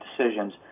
decisions